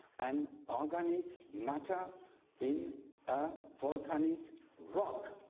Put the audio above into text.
and organic matter in a volcanic rock?